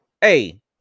hey